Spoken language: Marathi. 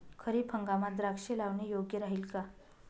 खरीप हंगामात द्राक्षे लावणे योग्य राहिल का?